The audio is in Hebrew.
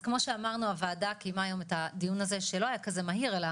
אז כמו שאמרנו הועדה קיימה היום את הדיון הזה שלא היה כזה מהיר אלא